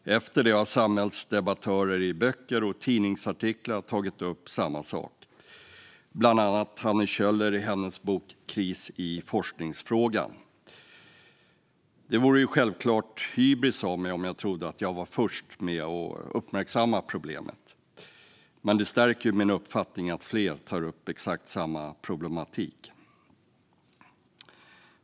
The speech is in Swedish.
Efter det har samhällsdebattörer i böcker och tidningsartiklar tagit upp samma sak, bland andra Hanne Kjöller i sin bok Kris i forskningsfrågan . Det vore självklart hybris om jag trodde att jag var först med att uppmärksamma problemet, men det stärker min uppfattning att fler tar upp exakt samma problematik.